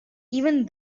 even